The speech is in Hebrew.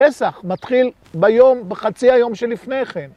פסח מתחיל ביום, בחצי היום שלפני כן.